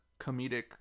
comedic